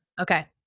Okay